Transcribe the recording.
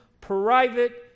private